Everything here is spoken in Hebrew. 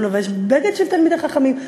הוא לובש בגד של תלמידי חכמים,